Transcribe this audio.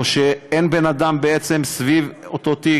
או שאין בן אדם סביב אותו תיק,